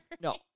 No